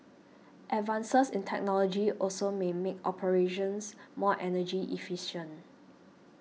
advances in technology also may make operations more energy efficient